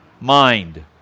Mind